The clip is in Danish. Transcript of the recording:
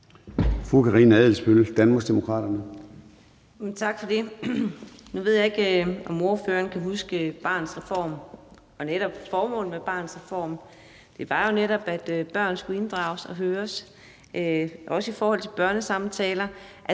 Karina Adsbøl (DD): Tak for det. Nu ved jeg ikke, om ordføreren kan huske Barnets Reform, men formålet med Barnets Reform var jo netop, at børn skulle inddrages og høres, også i forhold til børnesamtaler